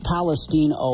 Palestine